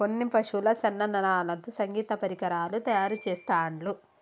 కొన్ని పశువుల సన్న నరాలతో సంగీత పరికరాలు తయారు చెస్తాండ్లు